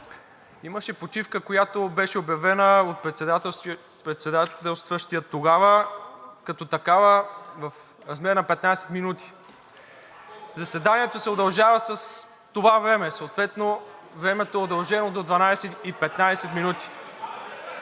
Имаше почивка, която беше обявена от председателстващия тогава – като такава, в размер на 15 минути. Заседанието се удължава с това време, съответно времето е удължено до 14,15 ч.